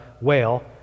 whale